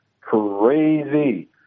crazy